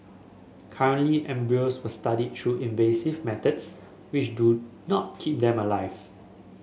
currently embryos were studied through invasive methods which do not keep them alive